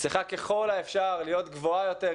צריכה ככל האפשר להיות גבוהה יותר,